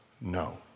No